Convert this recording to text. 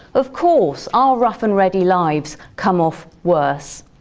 of course our rough and ready lives come off worse.